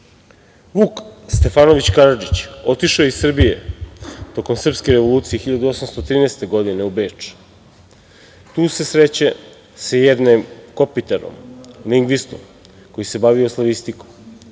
Stefanović Karadžić otišao je iz Srbije tokom srpske revolucije 1813. godine u Beč. Tu se sreće sa Jernejem Kopitarom, lingvistom, koji je bavio slavistikom.